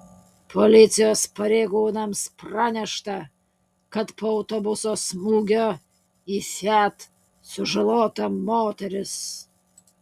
policijos pareigūnams pranešta kad po autobuso smūgio į fiat sužalota moteris